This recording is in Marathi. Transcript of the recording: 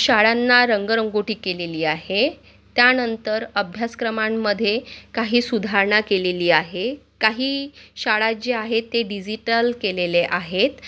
शाळांना रंगरंगोटी केलेली आहे त्यानंतर अभ्यासक्रमांमध्ये काही सुधारणा केलेली आहे काही शाळा जे आहे ते डिजिटल केलेले आहेत